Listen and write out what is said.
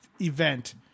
event